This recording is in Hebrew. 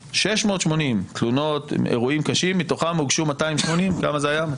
680 תלונות עם אירועים קשים מתוכם הוגשו 280. כמה זה היה?